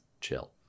chill